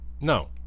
no